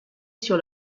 sur